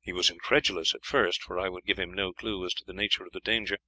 he was incredulous at first, for i would give him no clue as to the nature of the danger